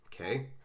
Okay